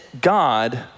God